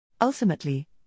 Ultimately